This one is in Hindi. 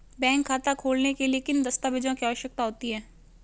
बैंक खाता खोलने के लिए किन दस्तावेज़ों की आवश्यकता होती है?